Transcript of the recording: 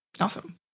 Awesome